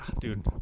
Dude